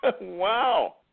Wow